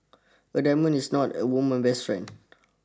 a diamond is not a woman's best friend